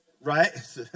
right